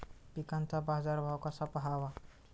पिकांचा बाजार भाव कसा पहावा?